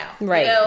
Right